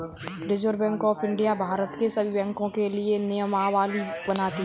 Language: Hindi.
reserve bank of India Bharat के सभी बैंकों के लिए नियमावली बनाती है